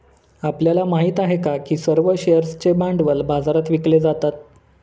आपल्याला माहित आहे का की सर्व शेअर्सचे भांडवल बाजारात विकले जातात?